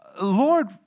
Lord